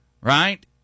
right